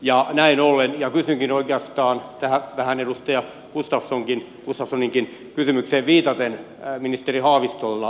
näin ollen kysynkin oikeastaan vähän tähän edustaja gustafssoninkin kysymykseen viitaten ministeri haavistolta